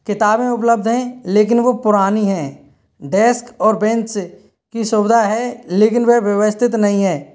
किताबें उपलब्ध है लेकिन वो पुरानी हैं डेस्क और बेंच की सुविधा है लेकिन वह व्यवस्थित नहीं है